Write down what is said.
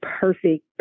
perfect